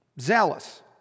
zealous